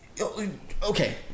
Okay